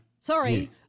Sorry